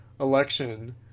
election